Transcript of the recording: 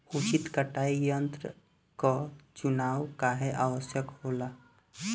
उचित कटाई यंत्र क चुनाव काहें आवश्यक होला?